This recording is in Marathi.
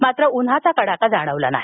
मात्र उन्हाचा कडाका जाणवला नाही